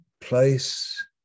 Place